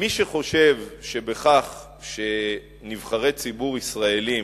מי שחושב שבכך שנבחרי ציבור ישראלים